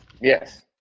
Yes